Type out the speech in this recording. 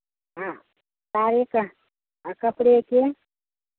हाँ साड़ी के आ कपड़े के